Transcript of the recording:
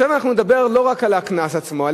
עכשיו אנחנו נדבר לא רק על הקנס עצמו,